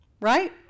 Right